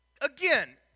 Again